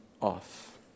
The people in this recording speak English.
off